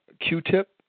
Q-tip